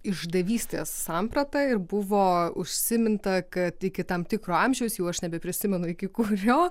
išdavystės sampratą ir buvo užsiminta kad iki tam tikro amžiaus jau aš nebeprisimenu iki kurio